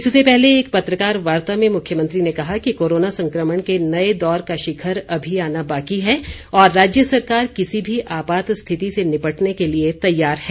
इससे पहले एक पत्रकार वार्ता में मुख्यमंत्री ने कहा कि कोरोना संक्रमण के नए दौर का शिखर अभी आना बाकी है और राज्य सरकार किसी भी आपात स्थिति से निपटने के लिए तैयार है